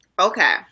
Okay